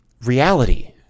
reality